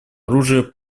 оружия